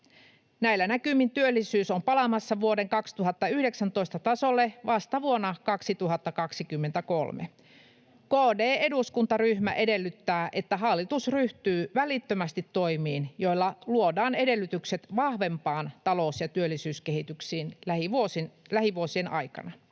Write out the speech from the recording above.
Näillä näkymin työllisyys on palaamassa vuoden 2019 tasolle vasta vuonna 2023. [Raimo Piirainen: Eli ihan pian!] KD-eduskuntaryhmä edellyttää, että hallitus ryhtyy välittömästi toimiin, joilla luodaan edellytykset vahvempaan talous‑ ja työllisyyskehitykseen lähivuosien aikana.